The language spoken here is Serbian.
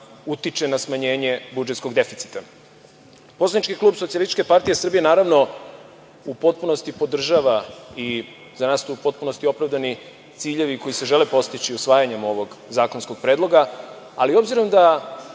utiče na smanjenje budžetskog deficita. Poslanički klub SPS naravno u potpunosti podržava i za nas su to u potpunosti opravdani ciljevi koji se žele postići usvajanjem ovog zakonskog predloga, ali obzirom da